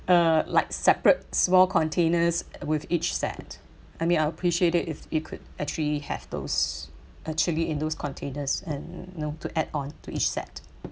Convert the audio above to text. uh like separate small containers with each set I mean appreciate appreciate it if you could actually have those actually in those containers and you know to add on to each set